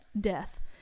death